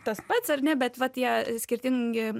tas pats ar ne bet va tie skirtingi